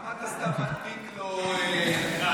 למה אתה סתם מדביק לו ראיונות?